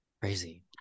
crazy